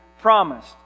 promised